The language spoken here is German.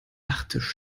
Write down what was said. nachttisch